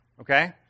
okay